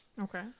Okay